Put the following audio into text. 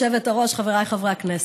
גברתי היושבת-ראש, חבריי חברי הכנסת,